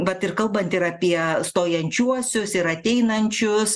vat ir kalbant ir apie stojančiuosius ir ateinančius